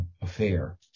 affair